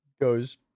goes